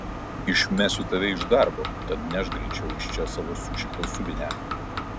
išmesiu tave iš darbo tad nešk greičiau iš čia savo sušiktą subinę